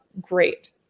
great